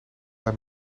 bij